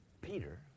Peter